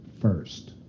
first